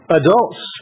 adults